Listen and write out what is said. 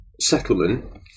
settlement